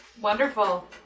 Wonderful